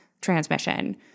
transmission